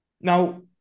Now